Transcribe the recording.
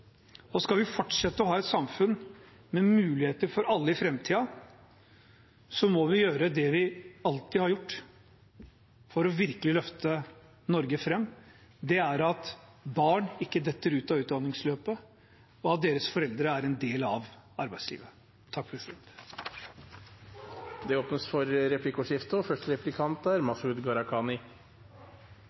Skal vi fortsette å ha et samfunn med muligheter for alle i framtiden, må vi gjøre det vi alltid har gjort for virkelig å løfte Norge fram. Det er å sørge for at barn ikke faller ut av utdanningsløpet, og at deres foreldre er en del av arbeidslivet.